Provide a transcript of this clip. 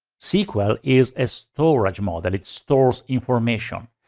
sql is a storage model, it stores information.